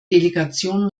delegation